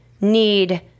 need